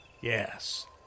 Yes